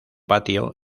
patio